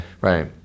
Right